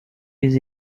des